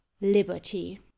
liberty